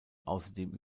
außerdem